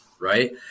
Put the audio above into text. right